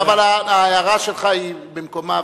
אבל ההערה שלך היא במקומה,